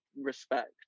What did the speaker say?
respect